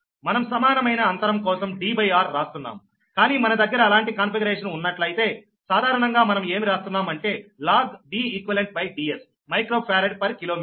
మనం సమానమైన అంతరం కోసం Dr రాస్తున్నాము కానీ మన దగ్గర అలాంటి కాన్ఫిగరేషన్ ఉన్నట్లయితే సాధారణంగా మనం ఏమి రాస్తున్నాం అంటే log DeqDsమైక్రోఫరాడ్ పర్ కిలోమీటర్